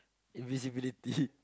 invisibility